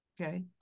Okay